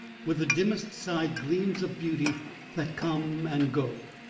with the dimmest side gleams of beauty that come and go.